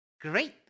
great